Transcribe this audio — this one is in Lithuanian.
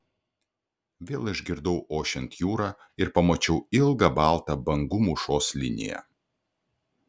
vėl išgirdau ošiant jūrą ir pamačiau ilgą baltą bangų mūšos liniją